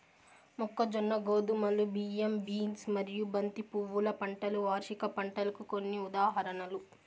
మొక్కజొన్న, గోధుమలు, బియ్యం, బీన్స్ మరియు బంతి పువ్వుల పంటలు వార్షిక పంటలకు కొన్ని ఉదాహరణలు